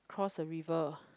cross the river